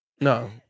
No